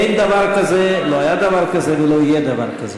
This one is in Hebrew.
אין דבר כזה, לא היה דבר כזה, ולא יהיה דבר כזה.